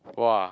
!wah!